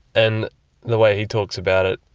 and the way he talks about it,